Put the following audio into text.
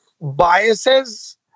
biases